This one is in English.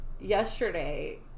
yesterday